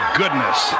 goodness